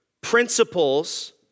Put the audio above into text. Principles